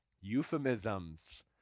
Euphemisms